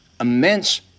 immense